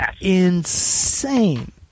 insane